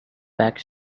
back